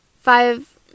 Five